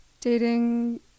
dating